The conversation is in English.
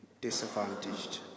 disadvantaged